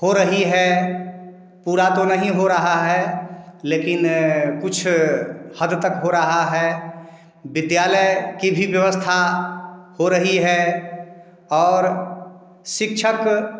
हो रही है पूरा तो नहीं हो रहा है लेकिन कुछ हद तक हो रहा है विद्यालय की भी व्यवस्था हो रही है और शिक्षक